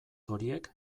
horiek